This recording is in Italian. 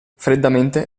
freddamente